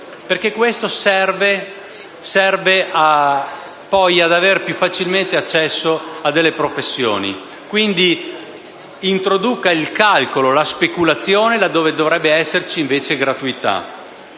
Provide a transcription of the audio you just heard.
perché serve poi ad avere più facilmente accesso ad alcune professioni e, quindi, introduca il calcolo e la speculazione laddove dovrebbero esserci invece gratuità